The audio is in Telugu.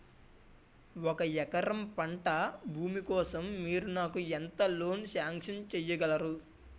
ఒక ఎకరం పంట భూమి కోసం మీరు నాకు ఎంత లోన్ సాంక్షన్ చేయగలరు?